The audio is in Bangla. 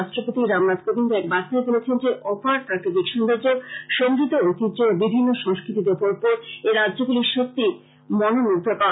রাষ্ট্রপতি রামনাথ কোবিন্দ এক বার্তায় বলেছেন যে অপার প্রাকৃতিক সৌন্দর্য সমৃদ্ধ ঐতিহ্য ও বিভিন্ন সংস্কৃতিতে ভরপুর এই রাজ্যগুলি সত্যিই মুগ্ধকর